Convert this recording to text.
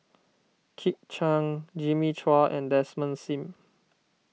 Kit Chan Jimmy Chua and Desmond Sim